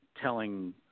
telling